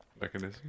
Mechanism